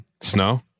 snow